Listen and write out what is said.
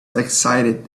excited